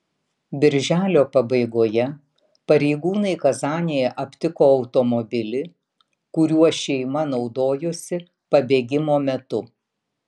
birželio pabaigoje pareigūnai kazanėje aptiko automobilį kuriuo šeima naudojosi pabėgimo metu